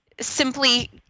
simply